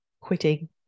quitting